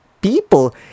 people